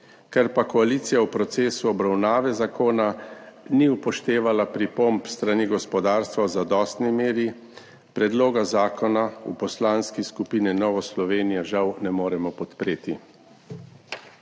Ker pa koalicija v procesu obravnave zakona ni upoštevala pripomb s strani gospodarstva v zadostni meri, predloga zakona v Poslanski skupini Nova Slovenija žal ne moremo podpreti.